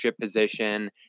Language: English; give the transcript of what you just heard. position